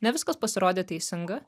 ne viskas pasirodė teisinga